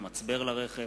מצבר לרכב,